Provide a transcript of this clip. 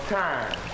time